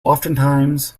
oftentimes